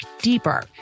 deeper